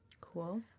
Cool